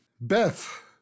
Beth